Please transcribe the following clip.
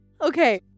okay